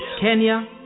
Kenya